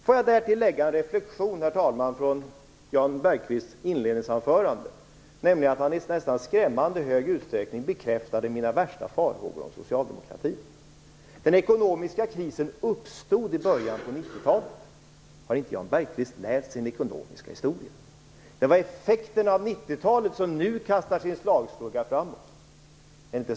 Får jag därtill lägga en reflexion, herr talman, angående Jan Bergqvists inledningsanförande. I nästan skrämmande hög utsträckning bekräftade han mina värsta farhågor om socialdemokratin. Den ekonomiska krisen uppstod i början av 90-talet, sade han. Har inte Jan Bergqvist läst sin ekonomiska historia? Det skulle vara effekten av 90-talet som nu kastar sin slagskugga framåt.